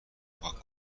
پاک